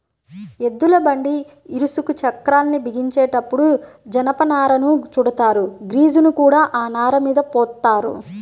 ఎద్దుల బండి ఇరుసుకి చక్రాల్ని బిగించేటప్పుడు జనపనారను చుడతారు, గ్రీజుని కూడా ఆ నారమీద పోత్తారు